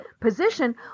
position